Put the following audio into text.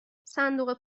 صندوق